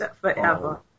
forever